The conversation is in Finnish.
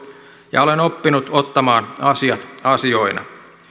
ja olen oppinut ottamaan asiat asioina